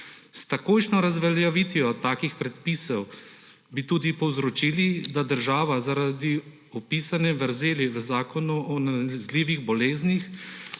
S takojšnjo razveljavitvijo takih predpisov bi tudi povzročili, da država zaradi opisane vrzeli v Zakonu o nalezljivih boleznih,